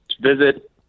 visit